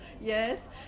Yes